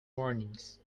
warnings